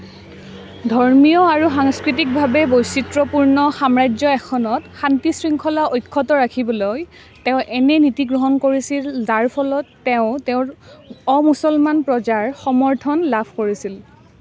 ধৰ্মীয় আৰু সাংস্কৃতিকভাৱে বৈচিত্ৰ্যপূৰ্ণ সাম্ৰাজ্য এখনত শান্তি শৃংখলা অক্ষত ৰাখিবলৈ তেওঁ এনে নীতি গ্ৰহণ কৰিছিল যাৰ ফলত তেওঁ তেওঁৰ অমুছলমান প্ৰজাৰ সমৰ্থন লাভ কৰিছিল